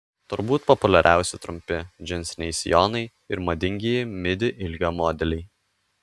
turbūt populiariausi trumpi džinsiniai sijonai ir madingieji midi ilgio modeliai